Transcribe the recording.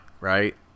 right